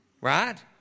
Right